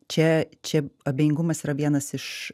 čia čia abejingumas yra vienas iš